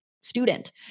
student